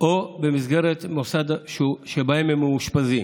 או במסגרת המוסד שבו הם מאושפזים.